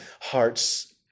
hearts